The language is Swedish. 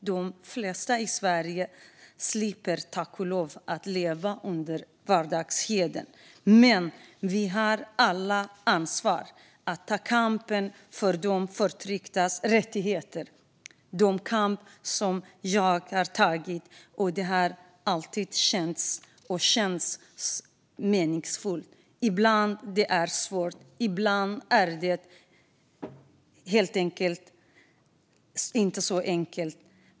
De flesta i Sverige slipper tack och lov att leva med vardagshedern. Men vi har alla ansvar för att ta kampen för de förtrycktas rättigheter. Den kampen har jag tagit. Det har alltid känts och känns meningsfullt. Ibland är det svårt. Ibland är det inte enkelt.